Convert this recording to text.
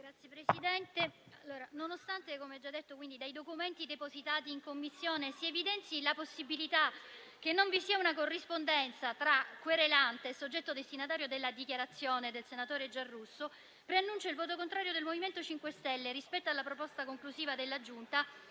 Signor Presidente, nonostante, come già detto, dai documenti depositati in Commissione si evidenzi la possibilità che non vi sia una corrispondenza tra querelante e soggetto destinatario della dichiarazione del senatore Giarrusso, preannuncio il voto contrario del MoVimento 5 Stelle rispetto alla proposta conclusiva della Giunta,